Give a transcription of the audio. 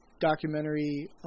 documentary